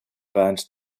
burned